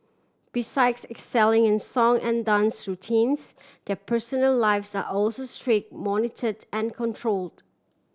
besides excelling in song and dance routines their personal lives are also strict monitored and controlled